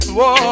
Whoa